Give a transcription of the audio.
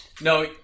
No